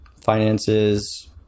finances